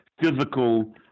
physical